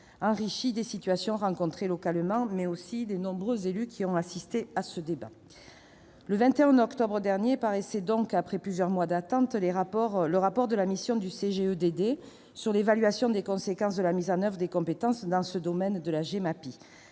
enrichi des situations rencontrées localement, mais aussi les nombreux élus qui ont assisté à ce débat. Le 21 octobre dernier, paraissait donc, après plusieurs mois d'attente, le rapport de la mission du CGEDD sur l'évaluation des conséquences de la mise en oeuvre des compétences dans le domaine de la Gemapi.